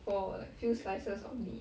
for like few slices of meat